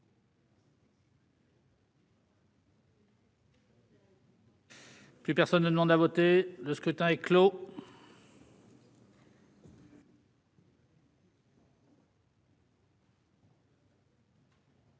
Plus personne ne demande à voter, le scrutin est clos.